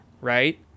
right